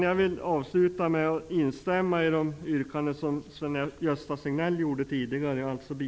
Jag vill avsluta med att instämma i